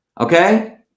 Okay